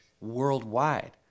worldwide